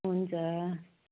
हुन्छ